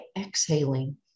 exhaling